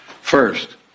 First